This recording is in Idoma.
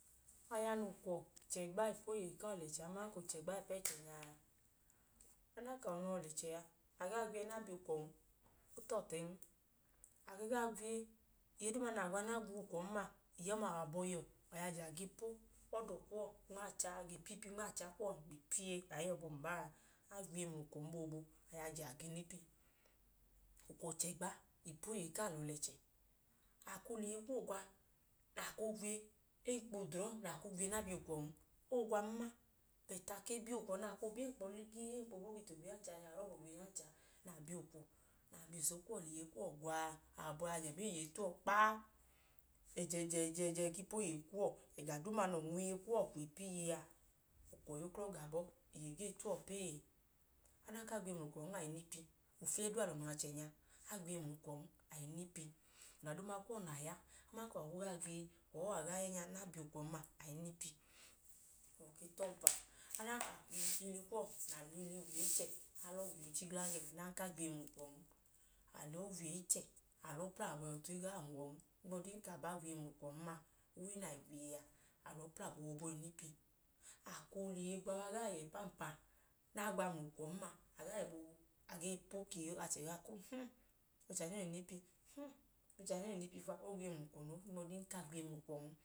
Aya nẹ ukwọ chẹgba ipu oyeyi ku ọlẹchẹ aman ka o chẹgba ipu oyeyi ku ọchẹ a. Ọdanka a wẹ ọlẹchẹ noo wẹ, a gaa gwiye nẹ a bi ukwọn, o tọọtẹn. A ke gaa gwiye, iye duuma nẹ a gwa ukwọn ma awọ abọhiyuwọ ya ajẹ a gee po ọdọ kuwọ. A gee pipi nma acha kuwọ ga ipu iye aiyọbun n baa. A gwiye mla ukwọn boobu, a yajẹ, a ge nipi. Ukwọ chẹgba ipu oyeyi ku alọ alẹchẹ. A koo lẹ iye kuwọ gwa, a koo gwiye enkpọ udrọmu na kwu gwiye nẹ a bi ukwọn, o gwan ma. Bẹt a ke bi ukwọ nẹ a ke bi enkpọ ligii, enkpọ ubọketi ogwiye ancha nya, urọba ogwiye ancha nya, nẹ a bi ukwọ, nẹ a bi isoso kuwọ lẹ iye kuwọ gwa a, na bi ukwọ iye tu uwọ kpaa.ẹjẹjẹ ẹjẹjẹ ku ipu oyeyi kuwọ duuma, nẹ ọnwu-iye kuwọ kwu ipu iye a, ukwọ yuklọ ga abọọ. Iye gee ta uwọ pee. Adanka a gwiye mla ukwọn, a i nipi. Ofiyẹ duu, alọ noo wẹ achẹnya a. A gwiye mla ukwọn a nipi. Ọda duuma kuwọ na ya, a gwiye, a gwiye mla ukwọn a i nipi. O ke tu ọmpa, adanka a lẹ ili kuwọ na, lẹ ili wiye ichẹ, a lọọ, a lọọ wiye oochi gla ẹẹ gẹn ọdanka a gwiye mla ukwọn. A lọọ wiye ichẹ, lọọ pla, awọ abọhiyuwọ ọtu i gaa he uwọn. Ohigbọdi ka a ba gwiye mla ukwọn ma, uwe na i wiye a, a lọọ pla boobu o i nipi. A koo lẹ iye gwa wa gaa yẹ ipu aọmpa uwọ, a gwa mla ukwọn ma, a gaa yẹ boobu, a gee po pii ka achẹ gee ka ka ọchẹ a nya ọọ i nipi. Ọchẹ a nya, ọọ ge nipi fa. Ohigbu ọdin ka, a gwiye mla ukwọn.